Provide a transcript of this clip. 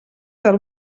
del